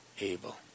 Abel